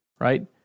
right